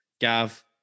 Gav